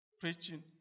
preaching